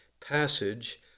passage